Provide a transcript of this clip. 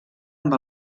amb